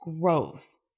growth